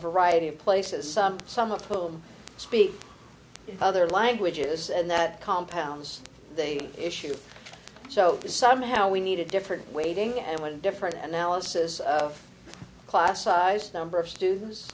variety of places some some of whom speak other languages and that compounds they issue so somehow we need a different waiting and one different analysis of class size number of